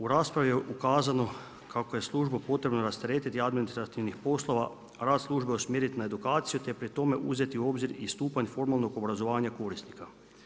U raspravi je ukazano kako je službu potrebno rasteretiti administrativnih poslova, rad službe usmjeriti na edukaciju te pri tome uzeti u obzir i stupanj formalnog obrazovanja korisnika.